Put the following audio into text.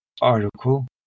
article